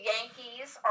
Yankees